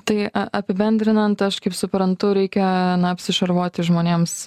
tai a apibendrinant aš kaip suprantu reikia na apsišarvuoti žmonėms